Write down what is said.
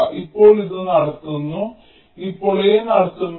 ഇപ്പോൾ ഇത് നടത്തുന്നു ഇപ്പോൾ A നടത്തുമ്പോൾ